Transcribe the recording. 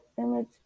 image